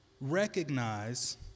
recognize